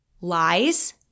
lies